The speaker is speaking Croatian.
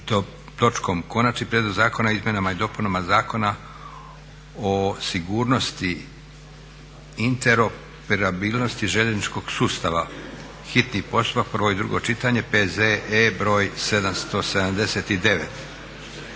točkom Konačni prijedlog zakona o izmjenama i dopunama Zakona o sigurnosti i interoperabilnosti željezničkog sustava, hitni postupak, prvo i drugo čitanje, P.Z.E. br. 779.